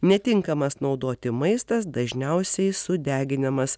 netinkamas naudoti maistas dažniausiai sudeginamas